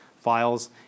files